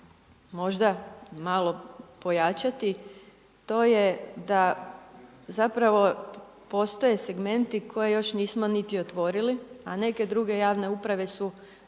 možda malo pojačati, to je da zapravo postoje segmenti koje još nismo niti otvorili, a neke druge javne uprave su